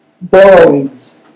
borrowings